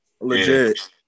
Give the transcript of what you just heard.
Legit